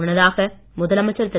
முன்னதாக முதலமைச்சர் திரு